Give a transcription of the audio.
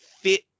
fit